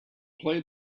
play